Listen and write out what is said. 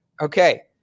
Okay